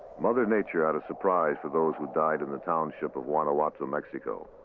mother nature had a surprise for those who died in the town so of guanajuato, mexico.